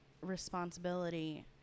responsibility